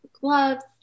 gloves